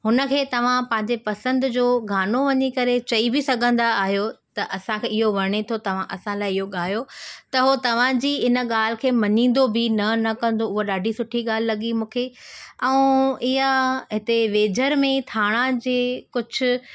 हुन खे तव्हां पंहिंजे पसंदि जो गानो वञी करे चई बि सघंदा आहियो त असांखे इहो वणे थो तव्हां असां लाइ इहो ॻाइयो त उहो तव्हांजी इन ॻाल्हि खे मञींदो बि न न कंदो उहा ॾाढी सुठी ॻाल्हि लॻी मूंखे ऐं इहा हिते वेझर में थाणा जी कुझु